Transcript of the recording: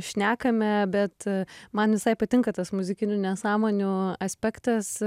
šnekame bet man visai patinka tas muzikinių nesąmonių aspektas